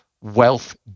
wealth